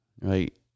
Right